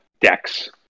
decks